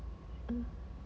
mm